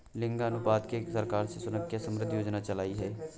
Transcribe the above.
लिंगानुपात के लिए सरकार ने सुकन्या समृद्धि योजना चलाई है